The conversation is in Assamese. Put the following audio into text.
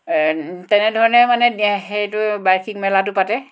তেনেধৰণে মানে সেইটো বাৰ্ষিক মেলাটো পাতে